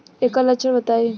एकर लक्षण बताई?